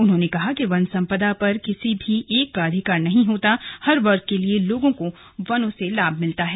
उन्होंने कहा कि वन सम्पदा पर किसी एक का अधिकार नहीं होता हर वर्ग के लोगों को वनों से लाभ मिलता है